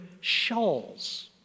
shawls